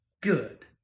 good